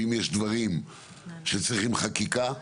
ואם יש דברים שצריכים חקיקה,